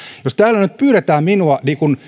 jos täällä nyt pyydetään minua